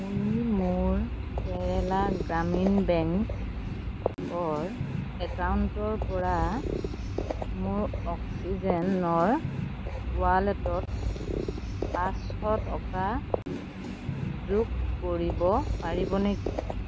আপুনি মোৰ কেৰেলা গ্ৰামীণ বেংকৰ একাউণ্টৰ পৰা মোৰ অক্সিজেনৰ ৱালেটত পাঁচশ টকা যোগ কৰিব পাৰিব নেকি